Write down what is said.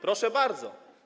Proszę bardzo.